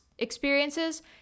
experiences